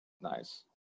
Nice